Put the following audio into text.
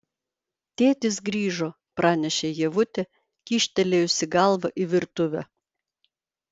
tėtis grįžo pranešė ievutė kyštelėjusi galvą į virtuvę